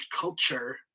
culture